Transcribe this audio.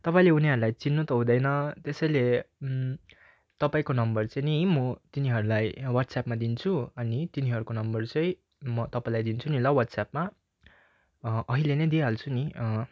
तपाईँले उनीहरूलाई चिन्नु त हुँदैन त्यसैले तपाईँको नम्बर चाहिँ नि म तिनीहरूलाई वास्ट्सएपमा दिन्छु अनि तिनीहरूको नम्बर चाहिँ म तपाईँलाई दिन्छु नि ल वास्ट्सएपमा अहिले नै दिइहाल्छु नि